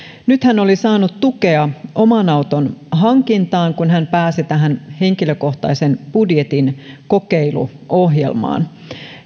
hän oli saanut tukea oman auton hankintaan kun hän pääsi tähän henkilökohtaisen budjetin kokeiluohjelmaan